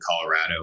Colorado